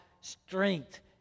strength